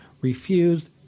refused